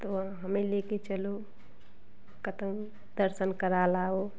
तो हमें ले कर चलो कतई दर्शन करा लाओ